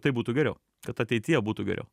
tai būtų geriau kad ateityje būtų geriau